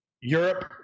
Europe